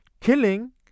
killing